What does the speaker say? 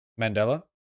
mandela